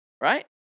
Right